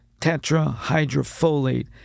tetrahydrofolate